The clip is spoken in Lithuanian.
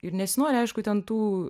ir nesinori aišku ten tų